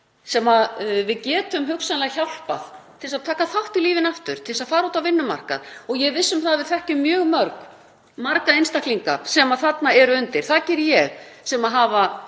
sem við getum hugsanlega hjálpað til að taka þátt í lífinu aftur, til þess að fara út á vinnumarkaðinn. Ég er viss um að við þekkjum mörg marga einstaklinga sem þarna eru undir, það geri ég, sem hafa